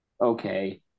okay